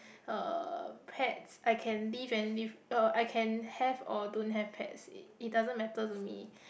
uh pets I can live and l~ uh I can have or don't have pets it doesn't matter to me